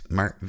Maar